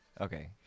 Okay